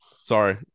sorry